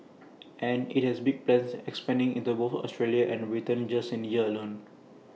and IT has big plans expanding into both Australia and Britain just this year alone